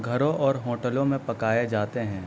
گھروں اور ہوٹلوں میں پکائے جاتے ہیں